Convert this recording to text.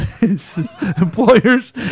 Employers